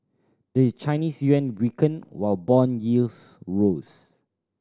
the Chinese yuan weakened while bond yields rose